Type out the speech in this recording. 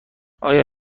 آیا